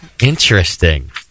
Interesting